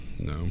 No